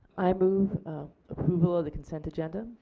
i move approval of the consent agenda.